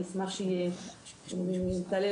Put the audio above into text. אני אמשיך את הדברים של טל,